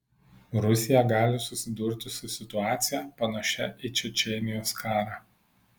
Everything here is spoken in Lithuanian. rusija gali susidurti su situacija panašia į čečėnijos karą